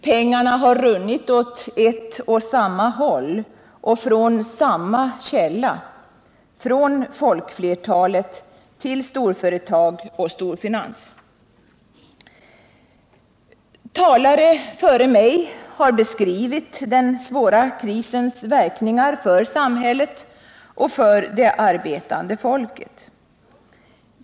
Pengarna har runnit åt ett och samma håll och från samma källa — från folkflertalet till storföretag och storfinans. Talare före mig har beskrivit den svåra krisens verkningar för samhället och för det arbetande folket.